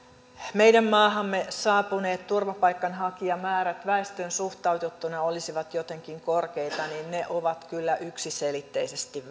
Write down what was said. meidän maahamme saapuneet turvapaikanhakijamäärät väestöön suhteutettuna olisivat jotenkin korkeita ovat kyllä yksiselitteisesti